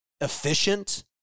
efficient